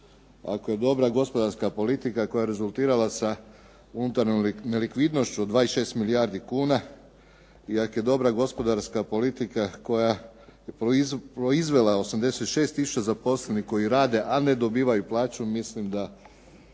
ako je dobra gospodarska politika koja je rezultirala sa unutarnjom nelikvidnošću od 26 milijardi kuna i ak je dobra gospodarska politika koja je proizvela 86 tisuća zaposlenih koji rade, a ne dobivaju plaću mislim da